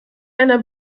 einer